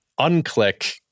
unclick